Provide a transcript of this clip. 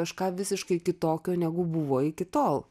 kažką visiškai kitokio negu buvo iki tol